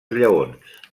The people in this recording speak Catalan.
lleons